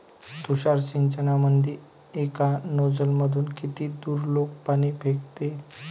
तुषार सिंचनमंदी एका नोजल मधून किती दुरलोक पाणी फेकते?